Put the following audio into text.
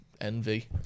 envy